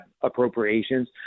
appropriations